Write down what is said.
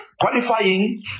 qualifying